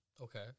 Okay